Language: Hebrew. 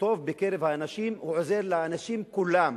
הטוב בקרב האנשים עוזר לאנשים כולם,